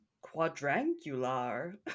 quadrangular